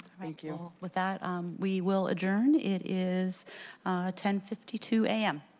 thank you. with that we will adjourn. it is ten fifty two a m.